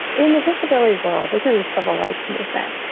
in the disability world. this is the civil rights movement.